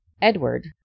Edward